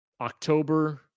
October